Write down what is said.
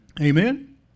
Amen